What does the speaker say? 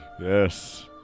yes